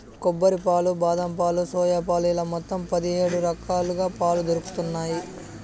కొబ్బరి పాలు, బాదం పాలు, సోయా పాలు ఇలా మొత్తం పది హేడు రకాలుగా పాలు దొరుకుతన్నాయి